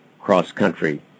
cross-country